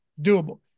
Doable